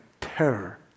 terror